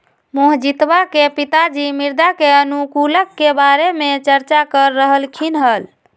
मोहजीतवा के पिताजी मृदा अनुकूलक के बारे में चर्चा कर रहल खिन हल